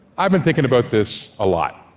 i've been thinking about this a lot.